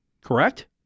Correct